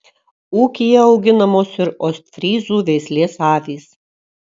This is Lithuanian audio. ūkyje auginamos ir ostfryzų veislės avys